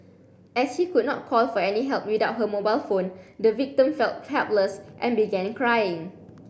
as she could not call for any help without her mobile phone the victim felt helpless and began crying